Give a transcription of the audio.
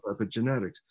epigenetics